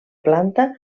planta